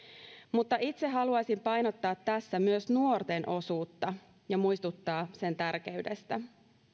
itse haluaisin painottaa tässä myös nuorten osuutta ja muistuttaa sen tärkeydestä